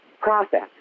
process